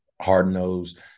hard-nosed